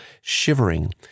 shivering